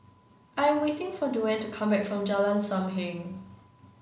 I'm waiting for Duane to come back from Jalan Sam Heng